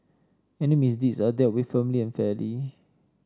any misdeeds are dealt with firmly and fairly